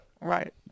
Right